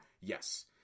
Yes